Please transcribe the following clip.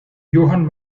johann